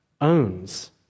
owns